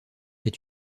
est